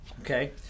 okay